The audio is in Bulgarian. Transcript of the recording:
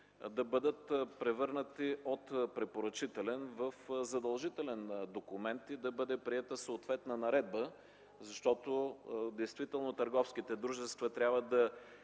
да бъдат превърнати от препоръчителен в задължителен документ и да бъде приета съответна наредба. Действително търговските дружества трябва да